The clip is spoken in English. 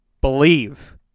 Believe